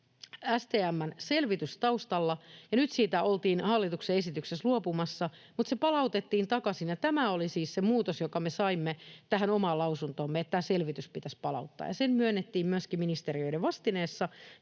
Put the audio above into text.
STM:n selvitys taustalla. Nyt siitä oltiin hallituksen esityksessä luopumassa, mutta se palautettiin takaisin. Tämä oli siis se muutos, jonka me saimme tähän omaan lausuntoomme, että tämä selvitys pitäisi palauttaa, ja se myönnettiin myöskin ministeriöiden vastineessa,